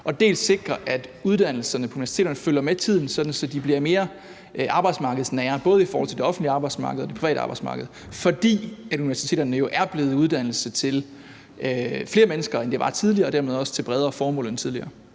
dels at sikre, at uddannelserne på universiteterne følger med tiden, så de bliver mere arbejdsmarkedsnære, både i forhold til det offentlige arbejdsmarked og det private arbejdsmarked, fordi universiteterne jo uddanner flere mennesker, end de gjorde tidligere, og dermed også har et bredere formål end tidligere?